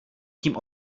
tím